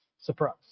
Surprise